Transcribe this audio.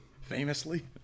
famously